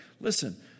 Listen